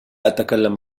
أتكلم